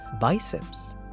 biceps